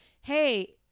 hey